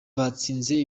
batsinze